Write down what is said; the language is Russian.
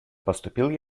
поступил